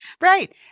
Right